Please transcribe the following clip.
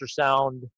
ultrasound